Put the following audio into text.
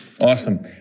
Awesome